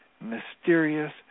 mysterious